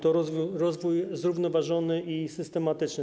To rozwój zrównoważony i systematyczny.